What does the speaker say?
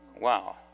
wow